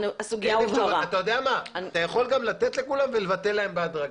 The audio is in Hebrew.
אתה יכול גם לתת לכולם ולבטל להם בהדרגה.